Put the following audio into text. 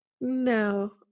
no